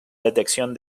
detección